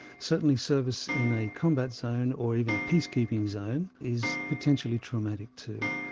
certainly service in a combat zone or even a peace keeping zone is potentially traumatic too.